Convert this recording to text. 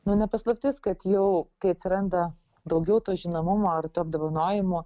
nu ne paslaptis kad jau kai atsiranda daugiau to žinomumo ar tų apdovanojimų